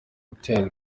hotel